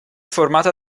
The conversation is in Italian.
formata